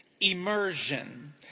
Immersion